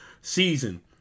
season